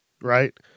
right